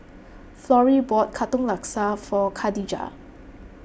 Florrie bought Katong Laksa for Khadijah